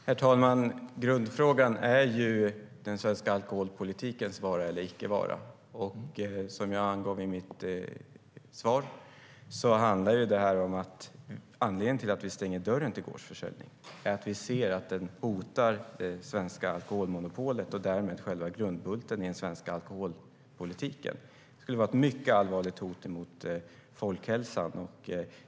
Herr talman! Grundfrågan är den svenska alkoholpolitikens vara eller icke-vara. Som jag angav i mitt svar är anledning till att vi stänger dörren för gårdsförsäljning att vi ser att den hotar det svenska alkoholmonopolet och därmed själva grundbulten i den svenska alkoholpolitiken. Det skulle vara ett mycket allvarligt hot mot folkhälsan.